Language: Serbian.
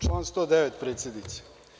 Član 109. predsednice.